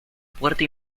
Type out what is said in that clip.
puerta